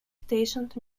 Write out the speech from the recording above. stationed